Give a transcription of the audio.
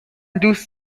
دوست